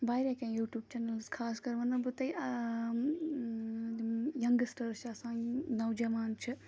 وارِیاہ کیٚنٛہہ YouTube channels خاص کَر وَنہٕ بہٕ تۄہہِ یَنٛگسٹٲرٕس چھِ آسان نَوجوان چھِ